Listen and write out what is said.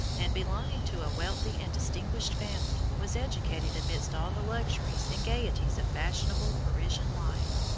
and, belonging to a wealthy and distinguished family, was educated amidst all the luxuries and gayeties of fashionable parisian life.